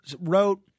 wrote